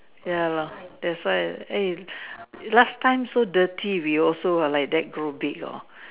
ya lor that's why eh last time so dirty we also will like that grow big hor